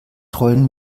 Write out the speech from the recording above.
rollen